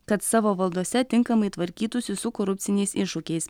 kad savo valdose tinkamai tvarkytųsi su korupciniais iššūkiais